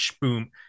boom